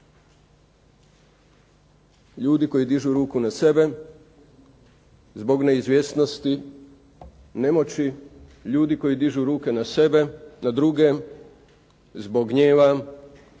Ljudi koji dižu ruku na sebe zbog neizvjesnosti, nemoći. Ljudi koji dižu ruke na sebe, na druge zbog gnjeva